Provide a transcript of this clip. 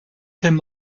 him